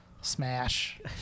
smash